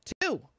Two